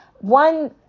one